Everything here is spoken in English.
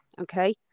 Okay